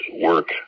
work